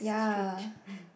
so strange